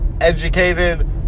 educated